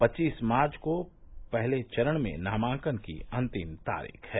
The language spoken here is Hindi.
पच्चीस मार्च को पहले चरण में नामांकन की अन्तिम तारिख है